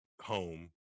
home